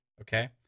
Okay